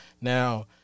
Now